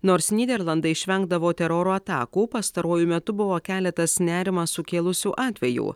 nors nyderlandai išvengdavo teroro atakų pastaruoju metu buvo keletas nerimą sukėlusių atvejų